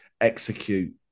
execute